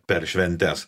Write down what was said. per šventes